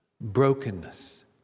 Brokenness